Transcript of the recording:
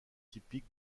typique